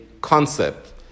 concept